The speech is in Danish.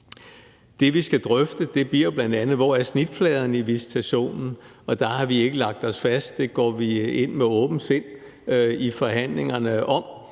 Det, vi skal drøfte, bliver jo bl.a., hvor snitfladerne i visitationen er. Der har vi ikke lagt os fast. Det går vi med åbent sind ind i forhandlingerne om.